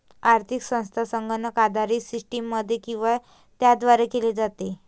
आर्थिक संस्था संगणक आधारित सिस्टममध्ये किंवा त्याद्वारे केली जाते